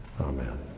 amen